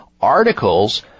articles